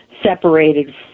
Separated